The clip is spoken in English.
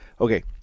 Okay